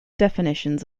definitions